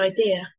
idea